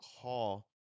call